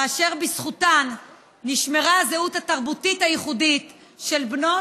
ואשר בזכותן נשמרה הזהות התרבותית הייחודית של בנות